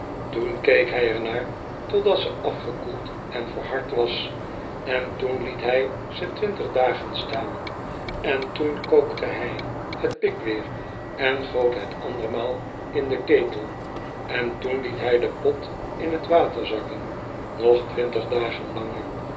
toen keek hij einaar totdat ze afgekoeld en verhard was en toen liet hij ze twintig dagen staan en toen kookte hij het pik weer en goot het andermaal in den ketel en toen liet hij den pot in t water zakken nog twintig dagen